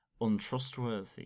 untrustworthy